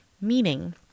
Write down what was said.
meaning